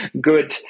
good